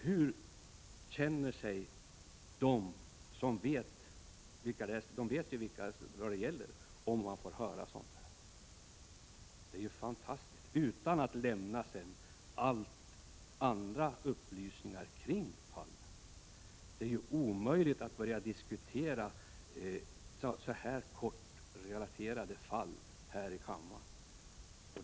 Hur känner sig de som vet vilka personer det gäller när de får höra sådant? Och Gullan Lindblad lämnar inga andra upplysningar kring fallen. Det är omöjligt att börja diskutera så kortfattat relaterade fall i kammaren.